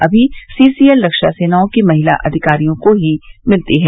अभी सीसीएल रक्षा सेनाओं की महिला अधिकारियों को ही मिलती है